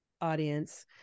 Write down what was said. Audience